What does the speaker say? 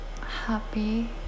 happy